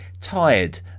tired